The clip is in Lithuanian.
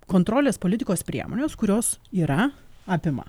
kontrolės politikos priemonės kurios yra apima